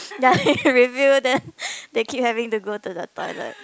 ya refill then they keep having to go to the toilet